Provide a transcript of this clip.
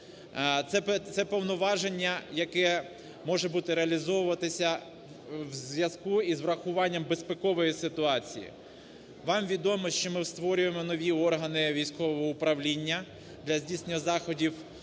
це повноваження, яке може бути реалізовуватися в зв'язку із врахуванням безпекової ситуації. Вам відомо, що ми створюємо нові органи військового управління для здійснення заходів